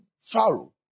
Pharaoh